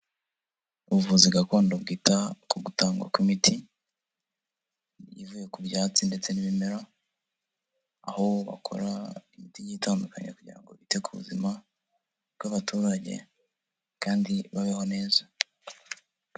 Ubuvuzi gakondo bwita ku gutangwa kw'imiti, ivuye ku byatsi ndetse n'ibimera, aho bakora imiti igiye itandukanye kugira ngo bite ku buzima bw'abaturage kandi babeho neza.